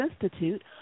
Institute